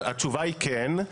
התשובה היא כן,